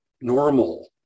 normal